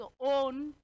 own